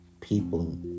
people